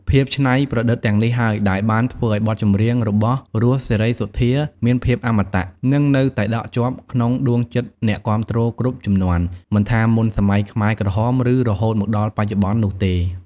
ភាពច្នៃប្រឌិតទាំងនេះហើយ ដែលបានធ្វើឲ្យបទចម្រៀងរបស់ រស់ សេរីសុទ្ធា មានភាព អមតៈ និងនៅតែដក់ជាប់ក្នុងដួងចិត្តអ្នកគាំទ្រគ្រប់ជំនាន់ មិនថាមុនសម័យខ្មែរក្រហម ឬរហូតមកដល់បច្ចុប្បន្ននោះទេ។